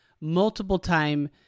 multiple-time